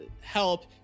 help